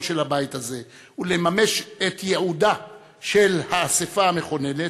של הבית הזה ולממש את ייעודה של האספה המכוננת,